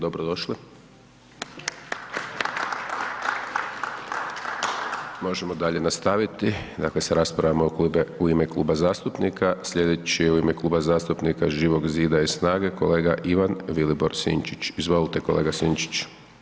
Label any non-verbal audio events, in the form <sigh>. Dobro došli! … <applause> Možemo dalje nastaviti, dakle, sa raspravama u ime kluba zastupnika, slijedeći u ime Kluba zastupnika Živog Zida i SNAGA-e, kolega Ivan Vilibor Sinčić, izvolite kolega Sinčić.